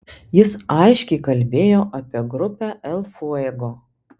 jis aiškiai kalbėjo apie grupę el fuego